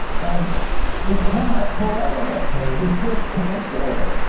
and we cannot pull out of that thing, we just can't do it.